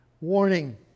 Warning